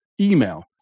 email